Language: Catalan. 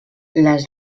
les